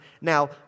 Now